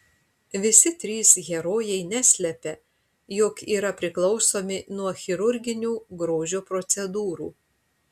visi trys herojai neslepia jog yra priklausomi nuo chirurginių grožio procedūrų